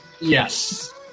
Yes